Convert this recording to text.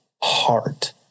heart